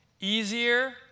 easier